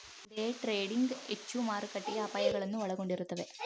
day trading ಹೆಚ್ಚು ಮಾರುಕಟ್ಟೆಯ ಅಪಾಯಗಳನ್ನು ಒಳಗೊಂಡಿರುತ್ತದೆ